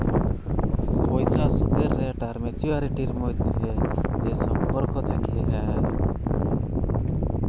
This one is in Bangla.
পইসার সুদের রেট আর ম্যাচুয়ারিটির ম্যধে যে সম্পর্ক থ্যাকে হ্যয়